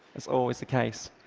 that's always the case.